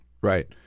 Right